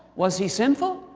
was he sinful?